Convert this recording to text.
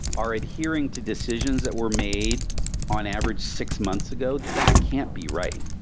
are adhering to decisions that were made on average six months ago, that can't be right.